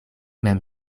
mem